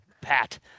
Pat